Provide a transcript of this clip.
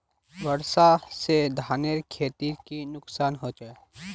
वर्षा से धानेर खेतीर की नुकसान होचे?